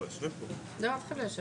סיימתי.